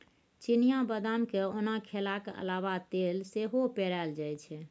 चिनियाँ बदाम केँ ओना खेलाक अलाबा तेल सेहो पेराएल जाइ छै